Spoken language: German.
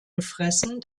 gefressen